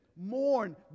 mourn